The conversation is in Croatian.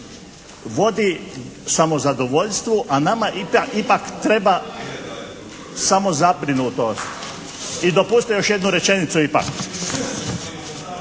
vodi samozadovoljstvu, a nama ipak treba samozabrinutost. I dopustite još jednu rečenicu ipak.